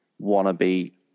wannabe